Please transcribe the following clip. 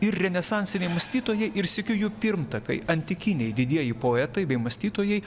ir renesansiniai mąstytojai ir sykiu jų pirmtakai antikiniai didieji poetai bei mąstytojai